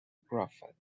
prophet